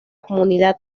comunidad